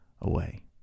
away